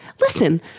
Listen